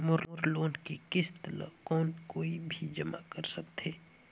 मोर loan के किस्त ल कौन कोई भी जमा कर सकथे?